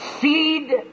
seed